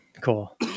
cool